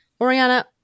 Oriana